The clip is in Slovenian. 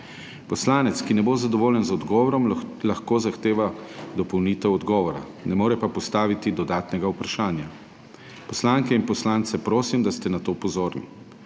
Poslanec, ki ne bo zadovoljen z odgovorom, lahko zahteva dopolnitev odgovora, ne more pa postaviti dodatnega vprašanja. Poslanke in poslance prosim, da ste na to pozorni.